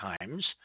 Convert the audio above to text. times